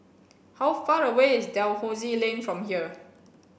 how far away is Dalhousie Lane from here